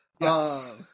Yes